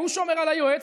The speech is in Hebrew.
הוא שומר על היועץ,